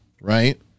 right